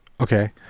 Okay